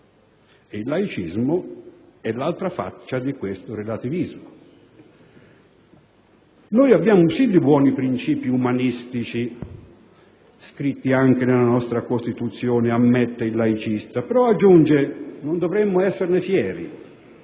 E il laicismo è l'altra faccia di questo relativismo. Noi abbiamo sì buoni principi umanistici, scritti anche nella nostra Costituzione, ammette il laicista, però, aggiunge, non dovremmo esserne fieri,